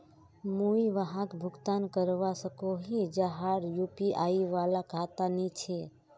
मुई वहाक भुगतान करवा सकोहो ही जहार यु.पी.आई वाला खाता नी छे?